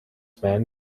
man